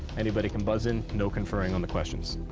anybody can buzz in, no conferring on the questions.